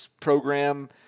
program